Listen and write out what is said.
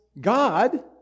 God